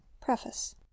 Preface